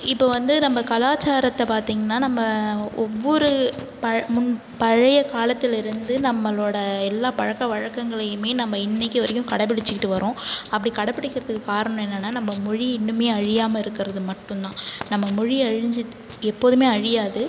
இப்போ வந்து நம்ப கலாச்சாரத்தை பார்த்திங்கனா நம்ம ஒவ்வொரு பழ முன் பழைய காலத்துலருந்து நம்பளோட எல்லா பழக்கவழக்கங்களையுமே நம்ப இன்னிக்கு வரைக்கும் கடைப்பிடிச்சிகிட்டு வர்றோம் அப்படி கடைப்பிடிக்குறதுக்கு காரணம் என்னனா நம்ப மொழி இன்னுமே அழியாமல் இருக்குறது மட்டுந்தான் நம்ப மொழி அழிஞ்சிட்சு எப்போதுமே அழியாது